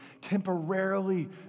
temporarily